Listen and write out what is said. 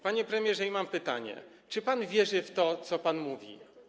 Panie premierze, mam pytanie: Czy pan wierzy w to, co pan mówi?